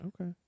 okay